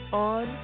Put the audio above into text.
on